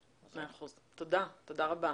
מאה אחוז, תודה רבה.